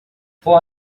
four